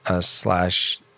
slash